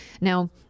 Now